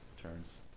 turns